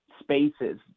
spaces